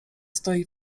stoi